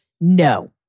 No